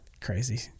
crazy